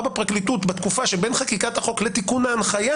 בפרקליטות בתקופה שבין חקיקת החוק לתיקון ההנחיה,